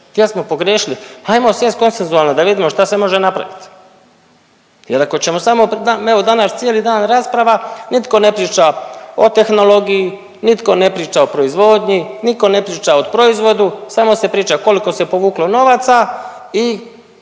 Gdje smo pogriješili? Pa ajmo sjest konsensualno da vidimo šta se može napraviti, jer ako ćemo samo evo danas cijeli dan rasprava nitko ne priča o tehnologiji, nitko ne priča o proizvodnji, nitko ne priča od proizvodu, samo se priča koliko se povuklo novaca i